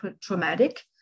traumatic